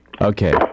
Okay